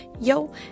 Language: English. yo